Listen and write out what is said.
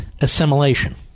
assimilation